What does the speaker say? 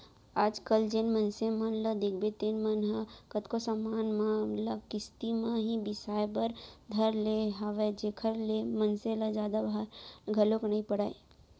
आज कल जेन मनसे मन ल देखबे तेन मन ह कतको समान मन ल किस्ती म ही बिसाय बर धर ले हवय जेखर ले मनसे ल जादा भार घलोक नइ पड़य